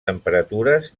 temperatures